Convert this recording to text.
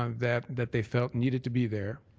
um that that they felt needed to be there